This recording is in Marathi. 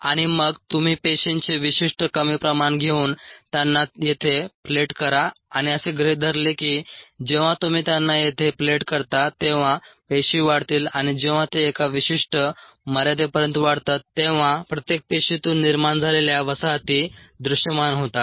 आणि मग तुम्ही पेशींचे विशिष्ट कमी प्रमाण घेऊन त्यांना येथे प्लेट करा आणि असे गृहीत धरले की जेव्हा तुम्ही त्यांना येथे प्लेट करता तेव्हा पेशी वाढतील आणि जेव्हा ते एका विशिष्ट मर्यादेपर्यंत वाढतात तेव्हा प्रत्येक पेशीतून निर्माण झालेल्या वसाहती दृश्यमान होतात